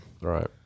Right